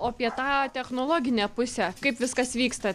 o apie tą technologinę pusę kaip viskas vyksta